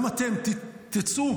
גם אתם, תצאו,